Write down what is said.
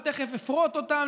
ותכף אפרוט אותם,